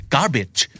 Garbage